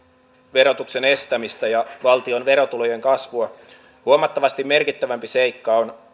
verotuksen estämistä ja valtion verotulojen kasvua huomattavasti merkittävämpi seikka on